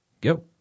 go